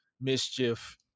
mischief